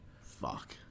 Fuck